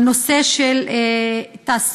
זה הנושא של תעסוקה.